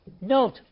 Note